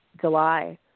July